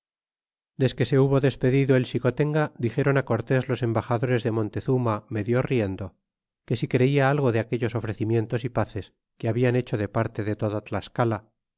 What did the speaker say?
desque se hubo despedido el xicotenga dixéron cortés los embaxadores de montezuma medio riendo que si creia algo de aquellos ofrecimientos é pazes que habian hecho de parte de toda tlascala